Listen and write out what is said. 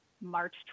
March